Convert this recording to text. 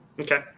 Okay